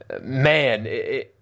man